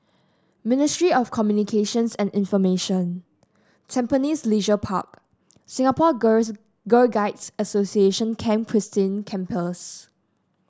ministry of Communications and Information Tampines Leisure Park Singapore Girls Girl Guides Association Camp Christine Campers